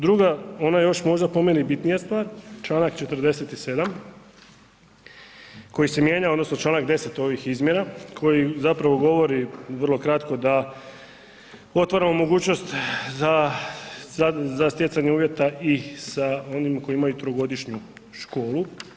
Druga ona još možda po meni bitnija stvar članak 47. koji se mijenjao odnosno članak 10. ovih izmjena koji zapravo govori vrlo kratko da otvaramo mogućnost za stjecanje uvjeta i sa onima koji imaju trogodišnju školu.